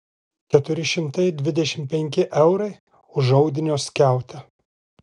keturi šimtai dvidešimt penki eurai už audinio skiautę